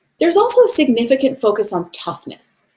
there is also a significant focus on toughness,